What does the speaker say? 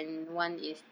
mm